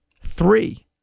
three